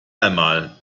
einmal